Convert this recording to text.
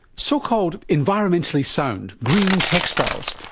so-called environmentally sound green textiles.